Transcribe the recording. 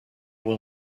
will